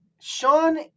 Sean